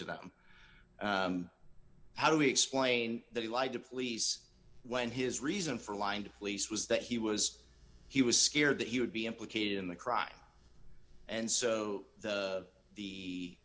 to them how do we explain that he lied to police when his reason for lying to police was that he was he was scared that he would be implicated in the crime and so the